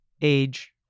age